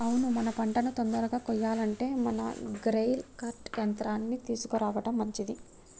అవును మన పంటను తొందరగా కొయ్యాలంటే మనం గ్రెయిల్ కర్ట్ యంత్రాన్ని తీసుకురావడం మంచిది